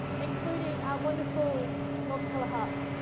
including um wonderful multicolor hearts.